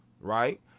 right